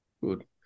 Good